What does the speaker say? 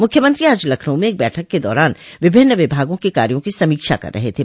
मुख्यमंत्री आज लखनऊ में एक बैठक के दौरान विभिन्न विभागों के कार्यो की समीक्षा कर रहे थे